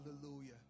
hallelujah